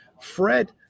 Fred